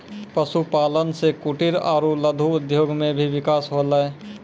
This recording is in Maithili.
पशुपालन से कुटिर आरु लघु उद्योग मे भी बिकास होलै